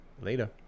later